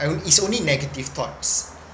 uh it's only negative thoughts